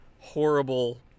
horrible